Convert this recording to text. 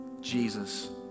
Jesus